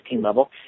level